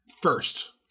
first